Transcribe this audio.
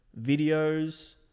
videos